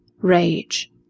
Rage